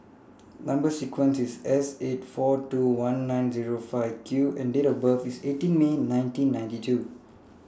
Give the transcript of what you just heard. Number sequence IS S eight four two one nine Zero five Q and Date of birth IS eighteen May nineteen ninety two